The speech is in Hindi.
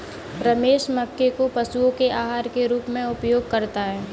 रमेश मक्के को पशुओं के आहार के रूप में उपयोग करता है